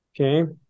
Okay